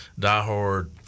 diehard